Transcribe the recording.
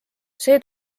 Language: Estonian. see